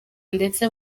ndetse